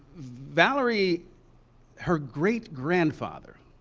valerie her great grandfather,